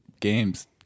games